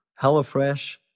HelloFresh